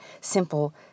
simple